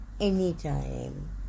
anytime